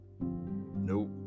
Nope